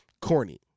Corny